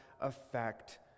affect